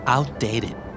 Outdated